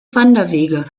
wanderwege